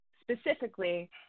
specifically